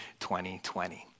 2020